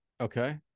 Okay